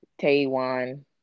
Taiwan